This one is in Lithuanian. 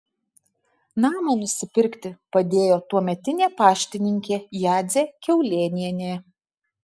namą nusipirkti padėjo tuometinė paštininkė jadzė kiaulėnienė